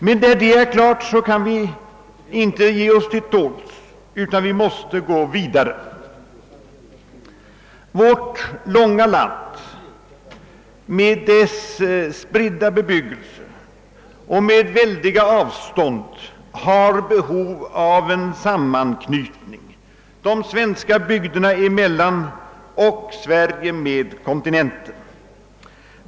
Men när det är klart kan vi inte nöja oss därmed. Vi måste gå vidare. Vårt land med dess spridda bebyggelse och stora avstånd har behov av en sammanknytning de svenska bygderna emellan och med kontinenten.